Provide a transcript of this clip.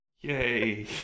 Yay